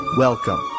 Welcome